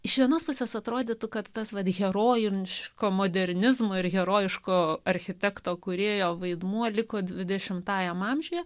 iš vienos pusės atrodytų kad tas vat herojiško modernizmo ir herojiško architekto kūrėjo vaidmuo liko dvidešimtajam amžiuje